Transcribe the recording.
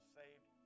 saved